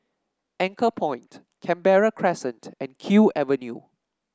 Anchorpoint Canberra Crescent and Kew Avenue